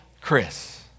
Chris